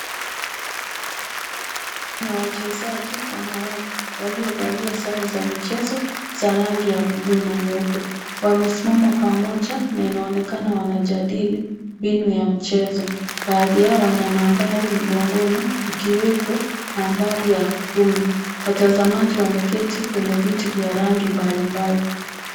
Ni ya wachezaji wanawake waliovalia sare za michezo za rangi ya bluu na nyeupe. Wamesimama pamoja na inaonekana wanajadili mbinu ya mchezo. Baadhi yao wana nambari mgongoni ikiwepo nambari ya kumi. Watazamaji wameketi kwenye viti vya rangi mbalimbali.